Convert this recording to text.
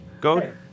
go